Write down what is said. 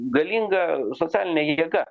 galinga socialine jėga